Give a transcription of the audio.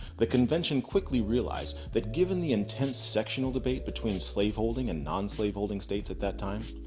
the convention quickly recognized that given the intense sectional debate between slave holding and non-slaveholding states at that time,